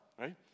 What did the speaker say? Right